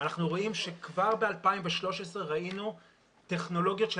אנחנו רואים שכבר ב-2013 ראינו טכנולוגיות של